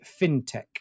Fintech